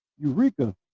Eureka